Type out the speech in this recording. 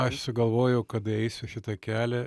aš sugalvojau kad eisiu šitą kelią